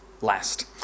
last